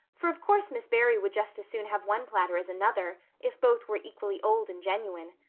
for of course miss barry would just as soon have one platter as another, if both were equally old and genuine.